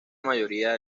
mayoría